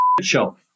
show